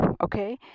okay